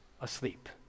asleep